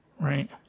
Right